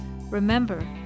Remember